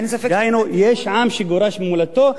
היינו שיש עם שגורש ממולדתו.